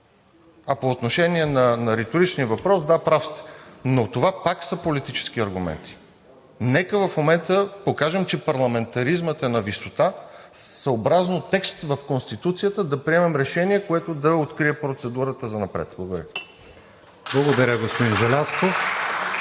А по отношение на риторичния въпрос, да прав сте, но това пак са политически аргументи. Нека в момента покажем, че парламентаризмът е на висота съобразно текст в Конституцията – да приемем решение, което да открие процедурата занапред. Благодаря. ПРЕДСЕДАТЕЛ КРИСТИАН